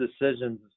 decisions